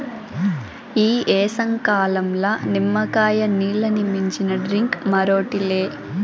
ఈ ఏసంకాలంల నిమ్మకాయ నీల్లని మించిన డ్రింక్ మరోటి లే